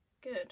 good